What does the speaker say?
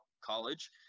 college